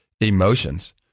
emotions